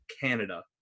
Canada